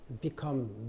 become